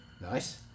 Nice